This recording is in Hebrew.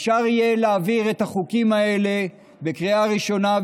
אפשר יהיה להעביר את החוקים האלה בקריאה ראשונה,